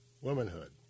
womanhood